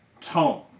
tone